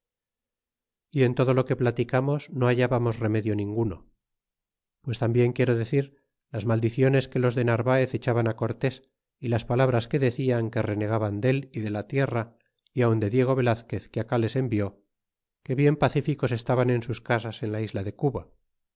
y en todo lo que platicamos no hallábamos remedio ninguno pues tambien quiero decir las maldiciones que los de narvaez echaban a cortés y las palabras que decian que renegaban dél y de la tierra y aun de diego velazquez que acá les envió que bien pacíficos estaban en sus casas en la isla de cuba